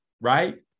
right